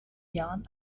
jahren